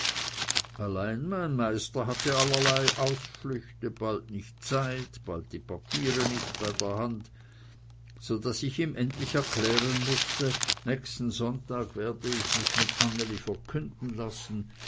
allein mein meister hatte allerlei ausflüchte bald nicht zeit bald die papiere nicht bei der hand so daß ich ihm endlich erklären mußte nächsten sonntag werde ich mich mit anneli verkünden lassen